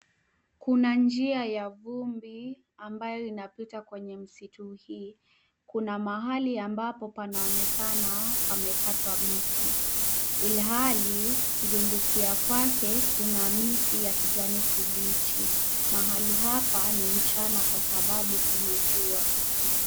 Kuna njia ya vumbi ambayo inapita kwenye msitu hii. Kuna mahali ambapo panaonekana pamekatwa miti ilhali kuzungukia kwake kuna miti ya kijani kibichi. Mahali hapa ni mchana kwa sababu kuna jua.